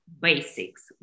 basics